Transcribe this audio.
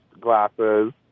glasses